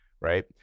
right